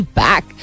back